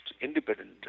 independent